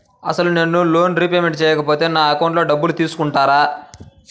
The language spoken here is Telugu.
అసలు నేనూ లోన్ రిపేమెంట్ చేయకపోతే నా అకౌంట్లో డబ్బులు తీసుకుంటారా?